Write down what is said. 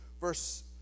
verse